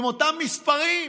עם אותם מספרים?